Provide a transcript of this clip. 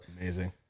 Amazing